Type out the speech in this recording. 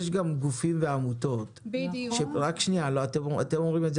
יש גם גופים ועמותות אתם אומרים את זה